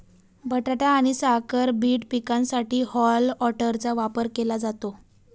बटाटा आणि साखर बीट पिकांसाठी हॉल टॉपरचा वापर केला जातो